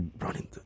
running